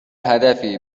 هدفی